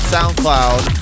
SoundCloud